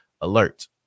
alert